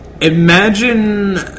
imagine